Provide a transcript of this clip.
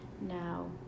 Now